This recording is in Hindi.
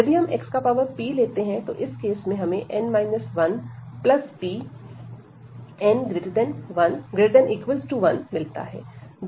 यदि हम xp लेते हैं तो इस केस में हमें n 1p n≥1 मिलता है